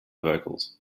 vocals